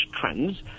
trends